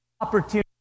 opportunity